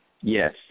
Yes